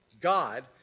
God